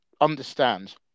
understand